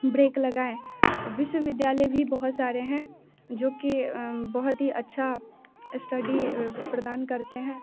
break लगाए विश्वविद्यालय भी बहुत सारे हैं जो कि बहुत ही अच्छा स्टडी प्रदान करते हैं